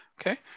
Okay